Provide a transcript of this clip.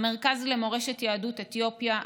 המרכז למורשת יהדות אתיופיה,